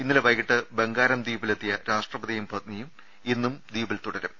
ഇന്നലെ വൈകീട്ട് ബംഗാരം ദ്വീപിലെത്തിയ രാഷ്ട്രപതിയും പത്നിയും ഇന്നും ദ്വീപിൽ തുടരും